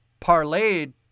parlayed